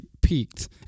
peaked